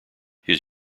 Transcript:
his